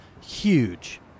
huge